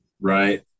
Right